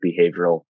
behavioral